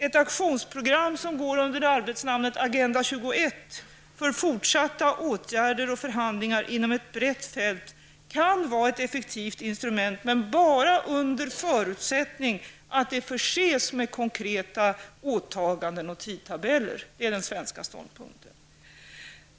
Ett aktionsprogram, som går under arbetsnamnet Agenda 21, för fortsatta åtgärder och förhandlingar inom ett brett fält kan vara ett effektivt instrument, men bara under förutsättning att det förses med konkreta åtaganden och tidtabeller. Detta är den svenska ståndpunkten.